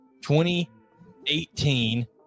2018